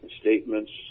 statements